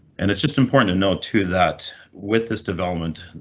and it's just important to know too, that with this development,